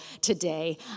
today